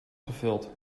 gevuld